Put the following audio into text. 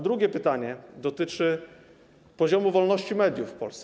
Drugie pytanie dotyczy poziomu wolności mediów w Polsce.